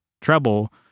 treble